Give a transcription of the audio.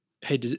hey